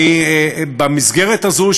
במסגרת הזאת,